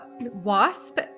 Wasp